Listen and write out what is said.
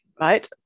right